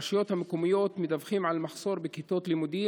ברשויות המקומיות מדווחים על מחסור בכיתות לימוד,